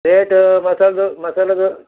plate masala dosa masala ದೋ